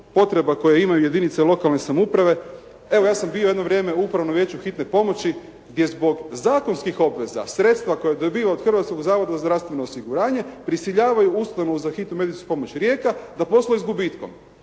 potreba koje imaju jedinice lokalne samouprave. Evo, ja sam bio jedno vrijeme u Upravnom vijeću Hitne pomoći gdje zbog zakonskih obveza sredstva koja dobiva od Hrvatskog zavoda za zdravstveno osiguranje prisiljavaju Ustanovu za hitnu medicinsku pomoć Rijeka na poslove s gubitkom.